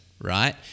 right